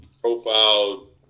profiled